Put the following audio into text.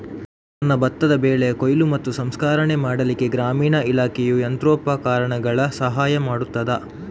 ನನ್ನ ಭತ್ತದ ಬೆಳೆಯ ಕೊಯ್ಲು ಮತ್ತು ಸಂಸ್ಕರಣೆ ಮಾಡಲಿಕ್ಕೆ ಗ್ರಾಮೀಣ ಇಲಾಖೆಯು ಯಂತ್ರೋಪಕರಣಗಳ ಸಹಾಯ ಮಾಡುತ್ತದಾ?